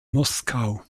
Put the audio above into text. moskau